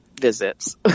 visits